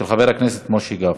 של חבר הכנסת משה גפני.